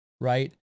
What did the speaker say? right